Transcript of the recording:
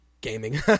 gaming